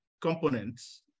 components